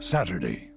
Saturday